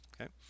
okay